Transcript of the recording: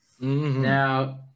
Now